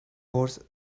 horse